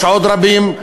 יש עוד רבים,